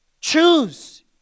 Choose